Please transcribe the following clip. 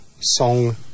Song